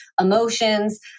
emotions